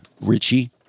Richie